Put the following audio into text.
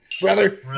brother